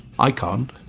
i can't.